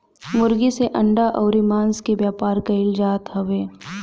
मुर्गी से अंडा अउरी मांस के व्यापार कईल जात हवे